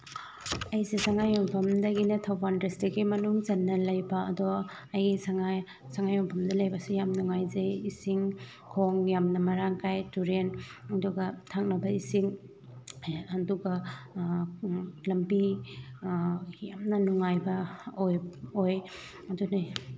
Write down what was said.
ꯑꯩꯁꯦ ꯁꯉꯥꯏꯌꯨꯝꯐꯝꯗꯒꯤꯅꯤꯅꯦ ꯊꯧꯕꯥꯜ ꯗꯤꯁꯇ꯭ꯔꯤꯛꯀꯤ ꯃꯅꯨꯡꯆꯟꯅ ꯂꯩꯕ ꯑꯗꯣ ꯑꯩ ꯁꯉꯥꯏꯌꯨꯝꯐꯝꯗ ꯂꯩꯕꯁꯤ ꯌꯥꯝ ꯅꯨꯡꯉꯥꯏꯖꯩ ꯏꯁꯤꯡ ꯈꯣꯡ ꯌꯥꯝꯅ ꯃꯔꯥꯡ ꯀꯥꯏꯅ ꯇꯨꯔꯦꯜ ꯑꯗꯨꯒ ꯊꯛꯅꯕ ꯏꯁꯤꯡ ꯑꯗꯨꯒ ꯂꯝꯕꯤ ꯌꯥꯝꯅ ꯅꯨꯡꯉꯥꯏꯕ ꯑꯣꯏ ꯑꯗꯨꯅꯤ